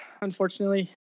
unfortunately